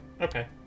Okay